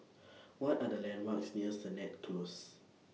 What Are The landmarks near Sennett Close